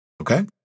Okay